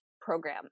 program